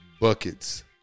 buckets